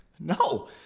No